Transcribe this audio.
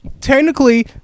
Technically